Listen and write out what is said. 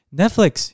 Netflix